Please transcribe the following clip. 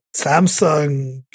Samsung